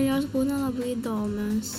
jos būna labai įdomios